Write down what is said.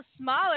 smaller